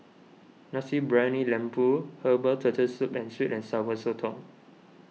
Nasi Briyani Lembu Herbal Turtle Soup and Sweet and Sour Sotong